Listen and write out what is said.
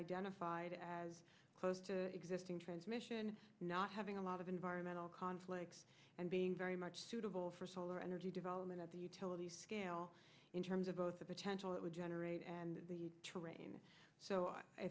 identified as close to existing transmission not having a lot of environmental conflicts and being very much suitable for solar energy development at the utility scale in terms of both the potential it would generate and the terrain so i